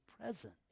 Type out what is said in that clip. present